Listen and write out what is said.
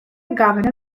governor